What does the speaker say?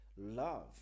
love